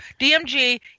DMG